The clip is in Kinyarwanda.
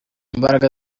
mbaraga